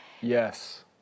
Yes